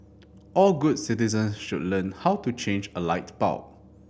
all good citizens should learn how to change a light bulb